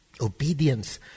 Obedience